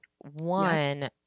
One